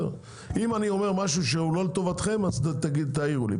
אם אני אומר משהו שהוא לא לטובתכם אז תעירו לי,